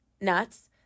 nuts